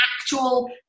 actual